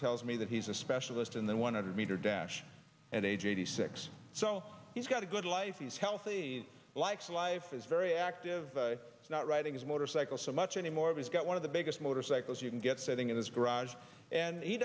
tells me that he's a specialist in the one hundred meter dash and age eighty six so he's got a good life he's healthy likes life is very active it's not writing his motorcycle so much anymore he's got one of the biggest motorcycles you can get sitting in his garage and he